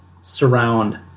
surround